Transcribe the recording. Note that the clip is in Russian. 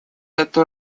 эту